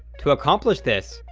to accomplish this,